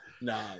Nah